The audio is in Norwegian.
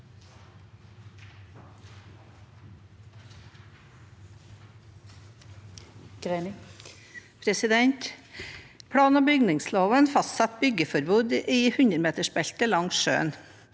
Plan- og bygningslo- ven fastsetter byggeforbud i 100-metersbeltet langs sjøen.